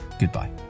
Goodbye